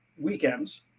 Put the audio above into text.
weekends